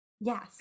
yes